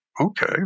okay